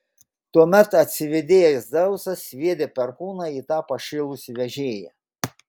tuomet atsivėdėjęs dzeusas sviedė perkūną į tą pašėlusį vežėją